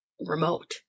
remote